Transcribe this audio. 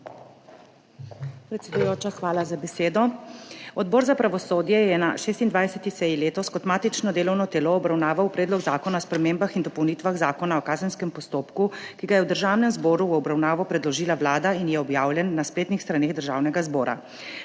hvala za besedo. Odbor za pravosodje je na 26. seji letos kot matično delovno telo obravnaval Predlog zakona o spremembah in dopolnitvah Zakona o kazenskem postopku, ki ga je Državnemu zboru v obravnavo predložila Vlada in je objavljen na spletnih straneh Državnega zbora.